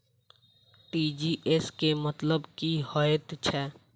TGS केँ मतलब की हएत छै?